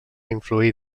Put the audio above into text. influir